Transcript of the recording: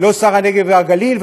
לא שר הנגב והגליל,